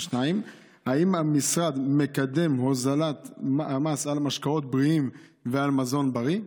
2. האם המשרד מקדם הוזלת המס על משקאות בריאים ועל מזון בריא?